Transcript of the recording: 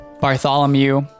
Bartholomew